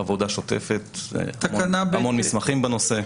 עבודה שוטפת והמון מסמכים בנושא.